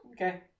Okay